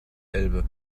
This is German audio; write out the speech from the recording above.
elbe